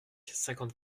cinquante